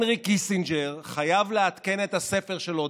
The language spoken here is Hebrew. הנרי קיסינג'ר חייב לעדכן את הספר שלו,